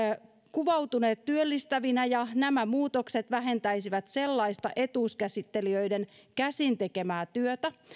kuvautuneet työllistävinä ja nämä muutokset vähentäisivät sellaista etuuskäsittelijöiden käsin tekemää työtä